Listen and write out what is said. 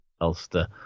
Ulster